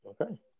Okay